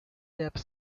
depth